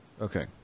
Okay